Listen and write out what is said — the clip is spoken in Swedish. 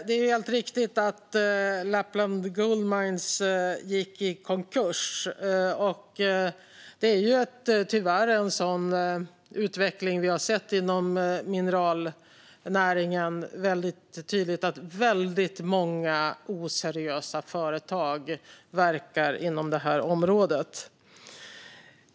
Fru talman! Det är riktigt att Lappland Goldminers gick i konkurs, och tyvärr verkar väldigt många oseriösa företag inom detta område.